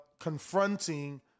confronting